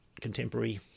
contemporary